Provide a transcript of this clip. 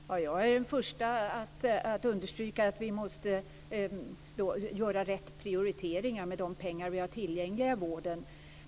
Fru talman! Jag är den första att understryka att vi måste göra rätt prioriteringar med de pengar som vi har tillgängliga i vården.